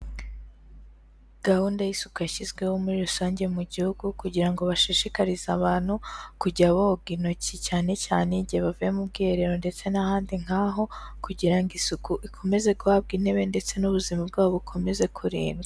Gahunda y'isuku yashyizweho muri rusange mu gihugu, kugira ngo bashishikarize abantu kujya boga intoki, cyane cyane igihe bavuye mu bwiherero ndetse n'ahandi nk'aho, kugira ngo isuku ikomeze guhabwa intebe, ndetse n'ubuzima bwabo bukomeze kurindwa.